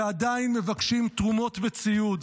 ועדיין מבקשים תרומות בציוד.